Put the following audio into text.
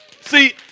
See